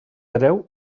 hereu